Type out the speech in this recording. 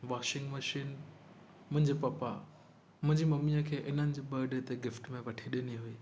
washing machine मुंहिंजे पप्पा मुंहिंजी मम्मीअ खे इन्हनि जे बर्डे ते गिफ़्ट वठी ॾिनी हुई